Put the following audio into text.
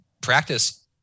practice